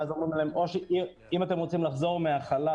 ואז אומרים להם: אם אתם רוצים לחזור מהחל"ת,